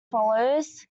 follows